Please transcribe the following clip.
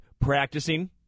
practicing